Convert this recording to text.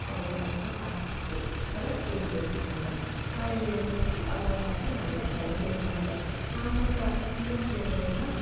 அவங்க பாட்டுக்கு சாப்பிட்டுட்டு பிறகு தூங்கிடறாங்க காலையில் எழுந்துருச்சி அவங்கள் பாட்டுக்கு நல்லா கிளம்பிட்றாங்க நாம் அப்போ அப்போ சின்ன பிள்ளைங்களையெல்லாம்